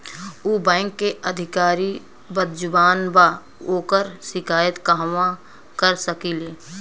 उ बैंक के अधिकारी बद्जुबान बा ओकर शिकायत कहवाँ कर सकी ले